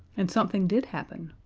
and something did happen.